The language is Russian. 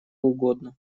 угодно